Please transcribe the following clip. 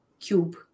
cube